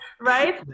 right